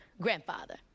grandfather